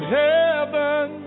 heaven